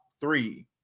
three